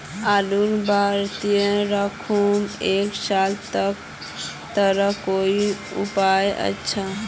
आलूर बारित राखुम एक साल तक तार कोई उपाय अच्छा?